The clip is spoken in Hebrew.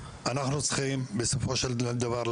בסופו של דבר,